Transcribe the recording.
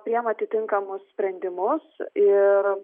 priima atitinkamus sprendimus ir